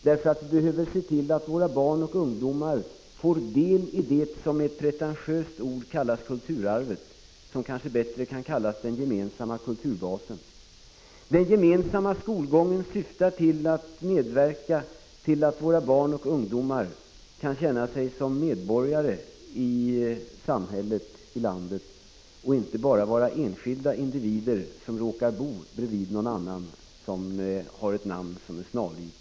Därför måste vi se till att våra barn och ungdomar får del i det som med ett pretentiöst ord kallas kulturarvet men som kanske hellre skulle kallas den gemensamma kulturbasen. Den gemensamma skolgången syftar till att ge våra barn och ungdomar känslan att de är medborgare i samhället, i landet, och inte bara är enskilda individer som råkar bo bredvid någon annan som talar samma språk.